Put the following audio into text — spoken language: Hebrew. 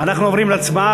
אנחנו עוברים להצבעה.